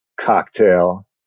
cocktail